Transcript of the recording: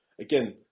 again